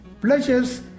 pleasures